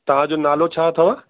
तव्हांजो नालो छा अथव